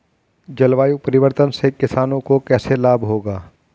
जलवायु परिवर्तन से किसानों को कैसे लाभ होगा?